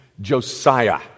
Josiah